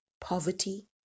poverty